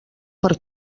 per